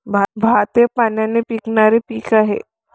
भात हे पाण्याने पिकणारे पीक आहे